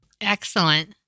Excellent